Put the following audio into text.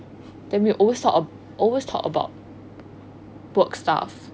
then we always talk abo~ alway talk about work stuff